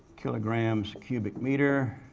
kilograms, cubic meter,